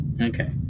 okay